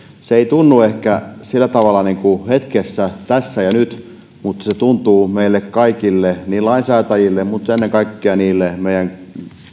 se ei tunnu ehkä sillä tavalla hetkessä tässä ja nyt mutta se tuntuu meille kaikille lainsäätäjille ja ennen kaikkea meidän